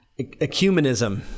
Ecumenism